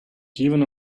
given